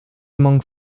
among